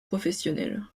professionnel